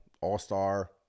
All-star